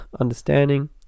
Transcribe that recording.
understanding